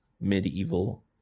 medieval